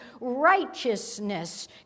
righteousness